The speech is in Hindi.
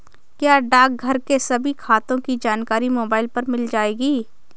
क्या डाकघर के सभी खातों की जानकारी मोबाइल पर मिल जाएगी?